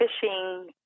fishing